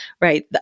right